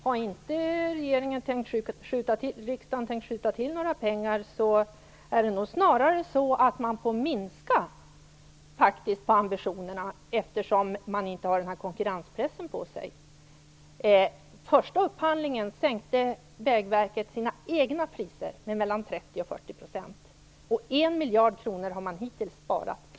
Har inte riksdagen tänkt skjuta till några pengar får man nog snarare minska på ambitionerna, eftersom man inte har någon konkurrenspress på sig. Vid den första upphandlingen sänkte Vägverket sina egna priser med mellan 30 och 40 %, och man har hittills sparat 1 miljard kronor.